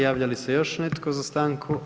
Javlja li se još netko za stanku?